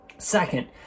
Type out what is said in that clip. second